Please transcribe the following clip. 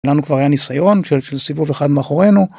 לנו כבר היה ניסיון של סיבוב אחד מאחורינו